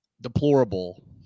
Deplorable